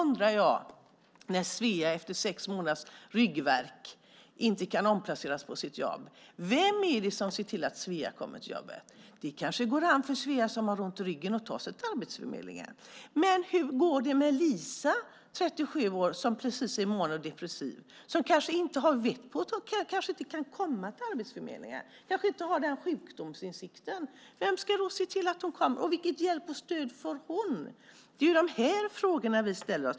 När Svea efter sex månaders ryggvärk inte kan omplaceras på sitt jobb, vem är det då som ser till att Svea kommer till jobbet? Svea som har ont i ryggen kanske kan ta sig till Arbetsförmedlingen. Men hur går det med Lisa, 37 år, som är manodepressiv? Hon kanske inte kan komma till Arbetsförmedlingen. Hon kanske inte har den sjukdomsinsikten. Vilken hjälp och vilket stöd får hon? Det är de frågorna vi ställer.